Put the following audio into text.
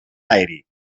aeri